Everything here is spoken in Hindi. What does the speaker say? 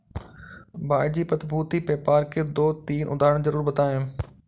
भाई जी प्रतिभूति व्यापार के दो तीन उदाहरण जरूर बताएं?